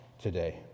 today